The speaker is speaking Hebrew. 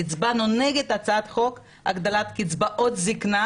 הצבענו נגד הצעת החוק להגדלת קצבאות הזקנה.